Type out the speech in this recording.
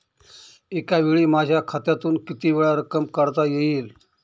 एकावेळी माझ्या खात्यातून कितीवेळा रक्कम काढता येईल?